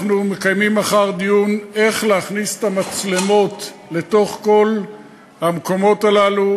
מחר אנחנו מקיימים דיון איך להכניס את המצלמות לתוך כל המקומות הללו,